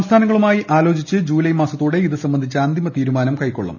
സംസ്ഥാനങ്ങളുമായി ആലോചിച്ച് ജൂലൈ മാസത്തോടെ ഇത് സംബന്ധിച്ച അന്തിമ തീരുമാനം കൈക്കൊള്ളും